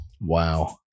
Wow